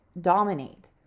dominate